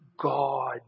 God